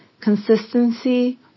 Consistency